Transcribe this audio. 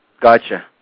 Gotcha